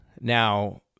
Now